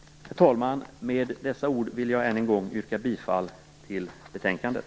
Herr talman! Med dessa ord vill jag än en gång yrka bifall till utskottets hemställan i betänkandet.